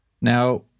Now